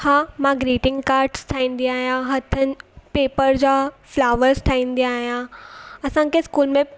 हा मां greeting cards ठाहींदी आहियां हथनि पेपर जा फलॉवरस ठाहींदी आहियां असांखे स्कूल में